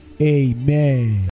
Amen